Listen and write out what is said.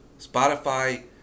Spotify